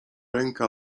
ręka